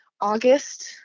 August